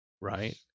right